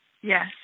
Yes